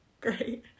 great